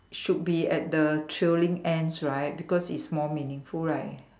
should be at the thrilling ends right because it's more meaningful right